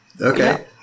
Okay